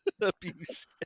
Abuse